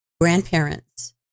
grandparents